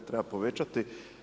Treba povećati.